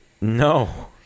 no